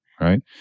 right